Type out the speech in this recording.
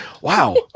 Wow